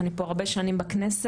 אני פה הרבה שנים בכנסת,